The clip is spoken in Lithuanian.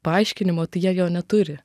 paaiškinimo tai jie jo neturi